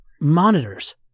monitors